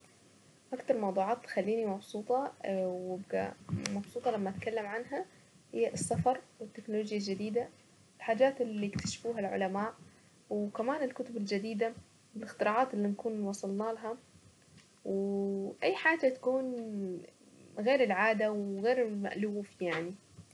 اكتر الموضوعات بتخليني مبسوطة اه مبسوطة لما اتكلم عنها، هي السفر والتكنولوجيا الجديدة، الحاجات اللي اكتشفوها العلماء وكمان الكتب الجديدة الاختراعات اللي نكون وصلنا لها واي حاجة تكون غير العادة وغير المألوف يعني.